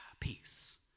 peace